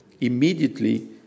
Immediately